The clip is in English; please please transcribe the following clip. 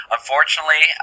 Unfortunately